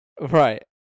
Right